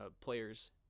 players